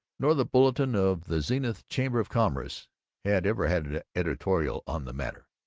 nor the bulletin of the zenith chamber of commerce had ever had an editorial on the matter,